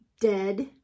dead